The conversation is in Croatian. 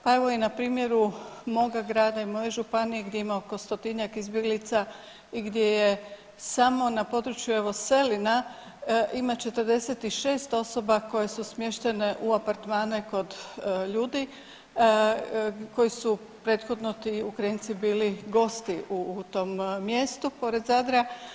Pa evo i na primjeru moga grada i moje županije gdje ima oko stotinjak izbjeglica i gdje je samo na području evo Selina ima 46 osoba koje su smještene u apartmane kod ljudi koji su prethodno ti Ukrajinci bili gosti u tom mjestu pored Zadra.